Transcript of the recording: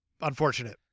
unfortunate